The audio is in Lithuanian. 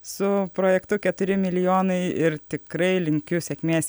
su projektu keturi milijonai ir tikrai linkiu sėkmės